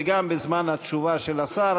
וגם בזמן התשובה של השר,